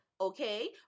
Okay